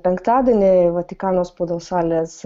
penktadienį vatikano spaudos salės